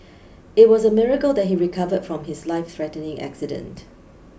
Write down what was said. it was a miracle that he recovered from his life threatening accident